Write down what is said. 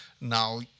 now